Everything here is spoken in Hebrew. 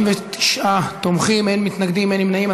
49 תומכים, אין מתנגדים, אין נמנעים.